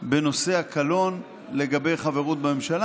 בנושא הקלון לגבי חברות בממשלה?